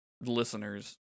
listeners